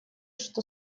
что